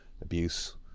abuse